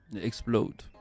Explode